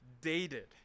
dated